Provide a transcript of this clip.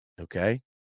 okay